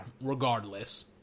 regardless